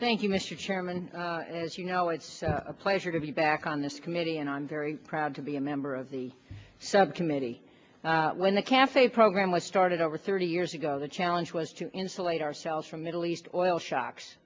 thank you mr chairman as you know it's a pleasure to be back on this committee and i'm very proud to be a member of the subcommittee when the cafe program was started over thirty years ago the challenge was to insulate ourselves from middle east oil shocks